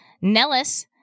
Nellis